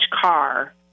car